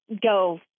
go